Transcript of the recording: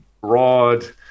broad